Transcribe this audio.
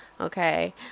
Okay